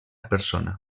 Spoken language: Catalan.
persona